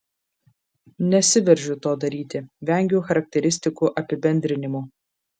nesiveržiu to daryti vengiu charakteristikų apibendrinimų